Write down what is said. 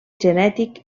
genètic